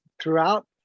throughout